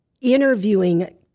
interviewing